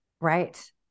Right